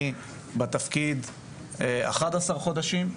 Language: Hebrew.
אני בתפקיד 11 חודשים,